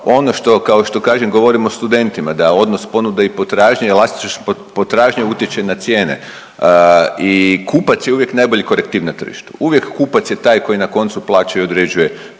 ono što kao što kažem, govorim o studentima, da je odnos ponude i potražnje jel potražnja utječe na cijene i kupac je uvijek najbolji korektiv na tržištu, uvijek kupac je taj koji na koncu plaća i određuje